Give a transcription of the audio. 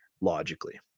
logically